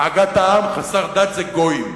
בעגת העם "חסר דת" זה גויים,